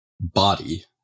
body